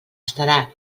estarà